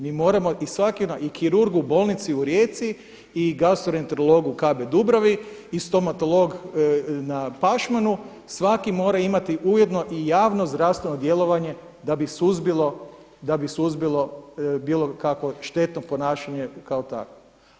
Mi moramo, i svaki i kirurg u bolnici u Rijeci i gastroenterolog u KB Dubravi i stomatolog na Pašman, svaki mora imati ujedno i javno zdravstveno djelovanje da bi suzbilo, da bi suzbilo bilo kakvo štetno ponašanje kao takvo.